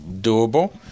doable